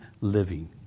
living